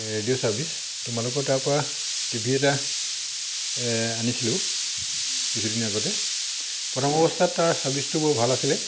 radio service তোমালোকৰ তাৰপৰা TV এটা আনিছিলোঁ কিছুদিন আগতে প্ৰথম অৱস্থাত তাৰ চাৰ্ভিচটো বৰ ভাল আছিলে